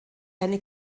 eine